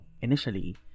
Initially